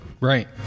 Right